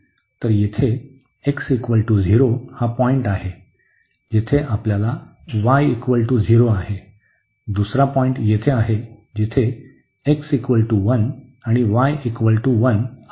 तर येथे x 0 हा पॉईंट आहे जिथे आपल्याकडे y 0 आहे दुसरा पॉईंट येथे आहे जिथे x 1 आणि y 1 आहे